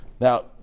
Now